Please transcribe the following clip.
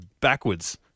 backwards